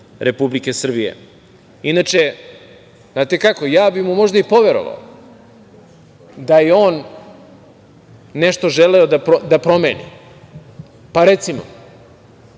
Republike Srbije. Znate kako, ja bih mu možda i poverovao da je on nešto želeo da promeni, pa, recimo,